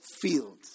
fields